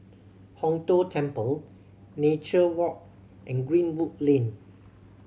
Hong Tho Temple Nature Walk and Greenwood Lane